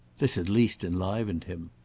this at least enlivened him.